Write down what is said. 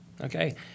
okay